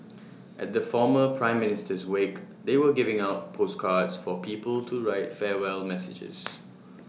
at the former prime Minister's wake they were giving out postcards for people to write farewell messages